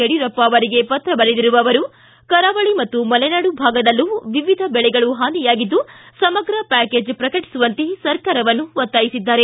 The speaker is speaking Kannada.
ಯಡಿಯೂರಪ್ಪ ಅವರಿಗೆ ಪತ್ರ ಬರೆದಿರುವ ಅವರು ಕರಾವಳಿ ಮತ್ತು ಮರೆನಾಡು ಭಾಗದಲ್ಲೂ ವಿವಿಧ ಬೆಳೆಗಳು ಹಾನಿಯಾಗಿದ್ದು ಸಮಗ್ರ ಪ್ಯಾಕೆಜ್ ಪ್ರಕಟಿಸುವಂತೆ ಸರ್ಕಾರವನ್ನು ಒತ್ತಾಯಿಸಿದ್ದಾರೆ